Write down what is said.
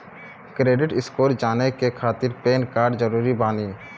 Credit score जाने के खातिर पैन कार्ड जरूरी बानी?